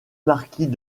marquis